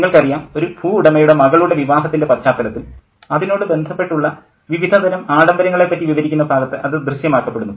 നിങ്ങൾക്കറിയാം ഒരു ഭൂവുടമയുടെ മകളുടെ വിവാഹത്തിൻ്റെ പശ്ചാത്തലത്തിൽ അതിനോട് ബന്ധപ്പെട്ടുള്ള വിവിധ തരം ആഡംബരങ്ങളെ പറ്റി വിവരിക്കുന്ന ഭാഗത്ത് അത് ദൃശ്യമാക്കപ്പെടുന്നു